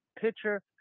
picture